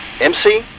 MC